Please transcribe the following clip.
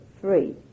free